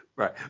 Right